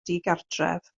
digartref